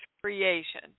creation